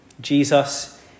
Jesus